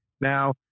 Now